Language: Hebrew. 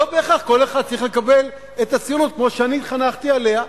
לא בהכרח כל אחד צריך לקבל את הציונות כמו שאני התחנכתי עליה,